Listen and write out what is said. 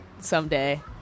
someday